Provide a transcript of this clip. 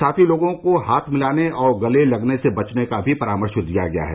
साथ ही लोगों को हाथ मिलाने और गले लगने से भी बचने का परामर्श दिया गया है